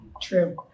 True